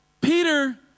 Peter